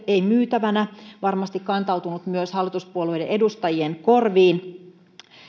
ei myytävänä varmasti kantautunut myös hallituspuolueiden edustajien korviin